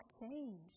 change